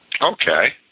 Okay